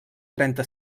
trenta